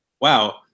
wow